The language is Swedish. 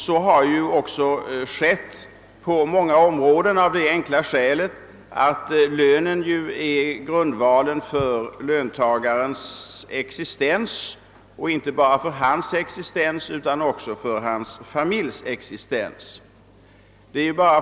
Så har också på många områden skett av det enkla skälet att lönen är Srundvalen för löntagarens existens, och inte bara för hans utan också för hans familjs existens.